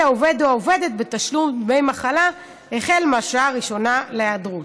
העובד או העובדת בתשלום דמי מחלה החל מהשעה הראשונה להיעדרות.